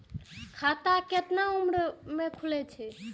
खाता केतना उम्र के खुले छै?